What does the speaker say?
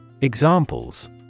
Examples